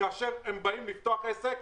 כאשר הם באים לפתוח עסק,